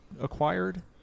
acquired